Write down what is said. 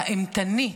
האימתני,